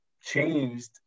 changed